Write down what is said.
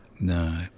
no